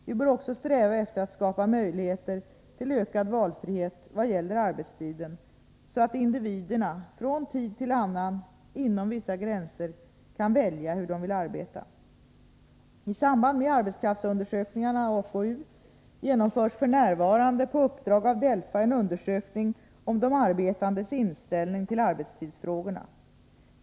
Vi bör också sträva efter att skapa möjligheter till en ökad valfrihet vad gäller arbetstiden, så att individerna från tid till annan, inom vissa gränser, kan välja hur de vill arbeta. I samband med arbetskraftsundersökningarna genomförs f.n. på uppdrag av DELFA en undersökning om de arbetandes inställning till arbetstidsfrågorna.